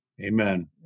Amen